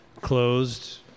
closed